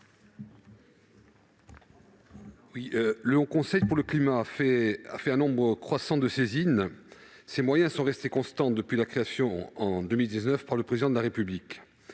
Conseil pour le climat fait l'objet d'un nombre croissant de saisines, ses moyens sont restés constants depuis sa création en 2019 par le Président de la République.